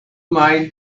mind